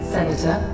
Senator